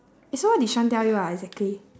eh so what did sean tell you ah exactly